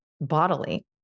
bodily